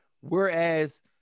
whereas